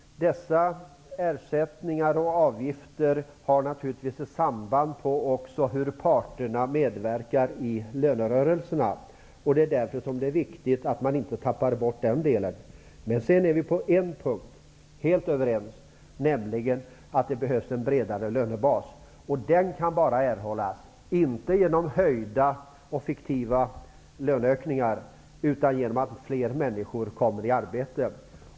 Dessa ersättningar och avgifter har naturligtvis också samband med hur parterna medverkar i lönerörelserna. Det är därför som det är viktigt att inte tappa bort den delen. På en punkt är vi helt överens, nämligen att det behövs en bredare lönebas. Den kan inte erhållas genom nya eller fiktiva löneökningar utan genom att fler människor kommer i arbete.